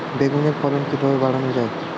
বেগুনের ফলন কিভাবে বাড়ানো যায়?